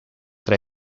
tra